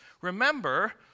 Remember